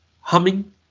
humming